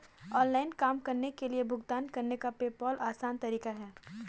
online काम के लिए भुगतान करने का पेपॉल आसान तरीका है